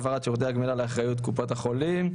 העברת שירותי הגמילה לאחריות קופות החולים),